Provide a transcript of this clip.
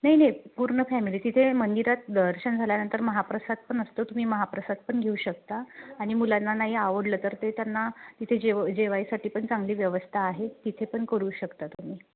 नाही नाही पूर्ण फॅमिली तिथे मंदिरात दर्शन झाल्यानंतर महाप्रसाद पण असतो तुम्ही महाप्रसाद पण घेऊ शकता आणि मुलांना नाही आवडलं तर ते त्यांना तिथे जेव जेवायसाठी पण चांगली व्यवस्था आहे तिथे पण करू शकता तुम्ही